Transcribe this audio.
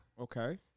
Okay